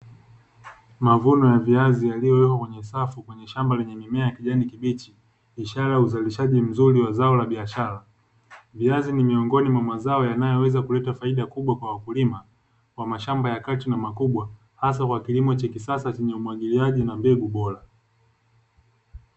Mavuno ya viazi yaliyowekwa kwenye safu kwenye shamba lenye mimea ya kijani kibichi, ishara ya uzalishaji mzuri wa zao la biashara, viazi ni miongoni mwa mazao yanayoweza kuleta faida kubwa kwa wakulima wa mashamba ya kati na makubwa, hasa kwa kilimo cha kisasa chenye umwagiliaji na mbegu bora.